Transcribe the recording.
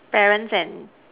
parents and